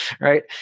right